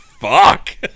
fuck